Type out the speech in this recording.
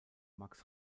max